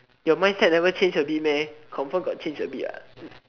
your mindset never change a bit meh confirm got change a bit what